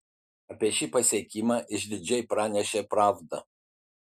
apie šį pasiekimą išdidžiai pranešė pravda